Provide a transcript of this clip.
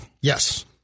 Yes